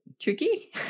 tricky